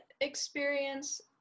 experience